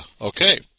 Okay